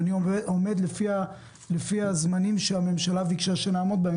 אני עובד לפי הזמנים שהממשלה ביקשה שנעמוד בהם.